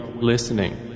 listening